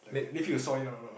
leave you to sort it out lah